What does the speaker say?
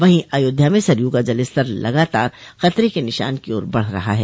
वहीं अयोध्या में सरयू का जल स्तर लगातार खतरे के निशान की ओर बढ़ रहा है